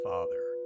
Father